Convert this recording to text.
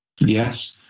Yes